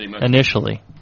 initially